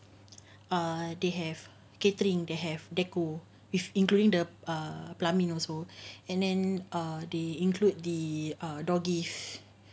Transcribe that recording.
err they have catering they have decoration with including the err plumbing also and then err they include the door gifts